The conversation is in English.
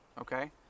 okay